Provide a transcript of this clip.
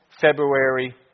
February